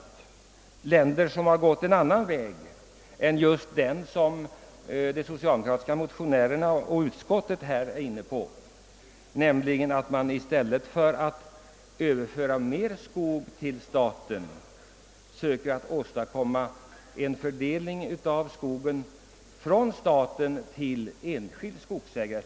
Det finns länder som har gått en annan väg än den som de socialdemokratiska motionärerna och utskottsmajoriteten är inne på. I stället för att överföra mer skog till staten söker man åstadkomma en överflyttning av skogen från staten till enskilda markägare.